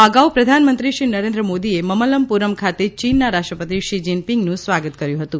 આ અગાઉ પ્રધાનમંત્રીશ્રી નરેન્દ્ર મોદીએ મમલ્લાપુરમ ખાતે ચીનના રાષ્ટ્રપતિ શી જીનપિંગનું સ્વાગત કર્યું હતું